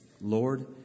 Lord